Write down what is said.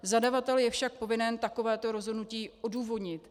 Zadavatel je však povinen takovéto rozhodnutí odůvodnit.